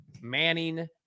Manning